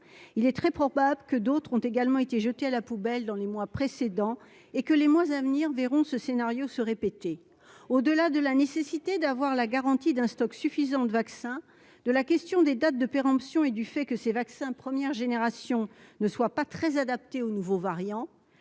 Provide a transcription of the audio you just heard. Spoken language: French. il est très probable que d'autres ont également été jetés à la poubelle, dans les mois précédents et que les mois à venir verront ce scénario se répéter au delà de la nécessité d'avoir la garantie d'un stock suffisant de vaccins de la question des dates de péremption et du fait que ces vaccins première génération ne soit pas très adapté au nouveau variant,